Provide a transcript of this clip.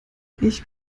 ich